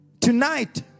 tonight